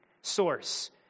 source